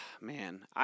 man